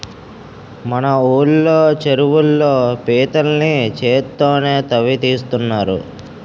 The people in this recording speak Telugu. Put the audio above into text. మన ఊళ్ళో చెరువుల్లో పీతల్ని చేత్తోనే తవ్వి తీస్తున్నారు